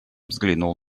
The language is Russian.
взглянул